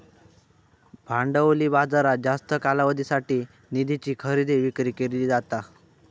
भांडवली बाजारात जास्त कालावधीसाठी निधीची खरेदी विक्री केली जाता